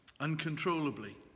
uncontrollably